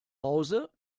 hause